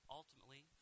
ultimately